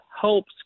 helps